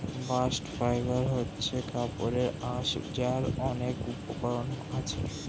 bast fibre হচ্ছে কাপড়ের আঁশ যার অনেক উপকরণ আছে